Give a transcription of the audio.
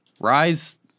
Rise